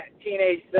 teenage